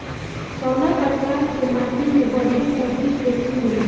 कवने प्रकार की माटी में बढ़िया सब्जी खेती हुई?